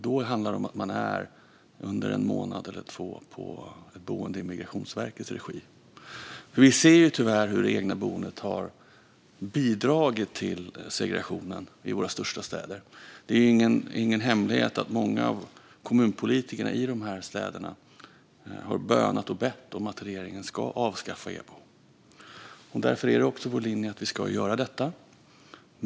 Då handlar det om att man under en månad eller två är på ett boende i Migrationsverkets regi. Vi ser tyvärr hur det egna boendet har bidragit till segregationen i våra största städer. Det är ingen hemlighet att många av kommunpolitikerna i dessa städer har bönat och bett om att regeringen ska avskaffa EBO. Därför är det också vår linje att vi ska göra detta.